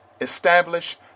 establish